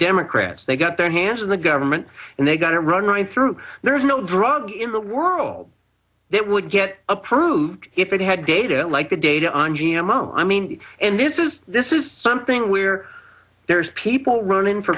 democrats they got their hands in the government and they got it wrong going through there is no drug in the world that would get approved if it had data like the data on you know i mean and this is this is something we're there's people running for